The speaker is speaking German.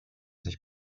sich